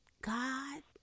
god